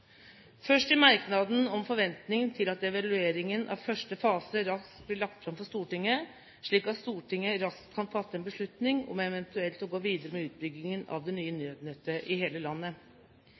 Først til merknaden om forventningen til at evalueringen av første fase raskt blir lagt fram for Stortinget, slik at Stortinget raskt kan fatte en beslutning om eventuelt å gå videre med utbyggingen av det nye nødnettet i hele landet.